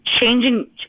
changing